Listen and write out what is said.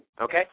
Okay